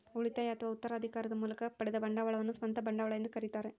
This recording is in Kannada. ಉಳಿತಾಯ ಅಥವಾ ಉತ್ತರಾಧಿಕಾರದ ಮೂಲಕ ಪಡೆದ ಬಂಡವಾಳವನ್ನು ಸ್ವಂತ ಬಂಡವಾಳ ಎಂದು ಕರೀತಾರ